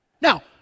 Now